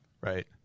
right